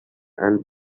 and